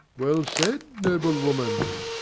well said, noble woman!